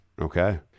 Okay